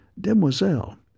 Demoiselle